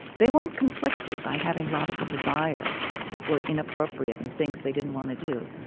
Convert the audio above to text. they weren't conflicted by having lots of desires that were inappropriate and things they didn't want to do.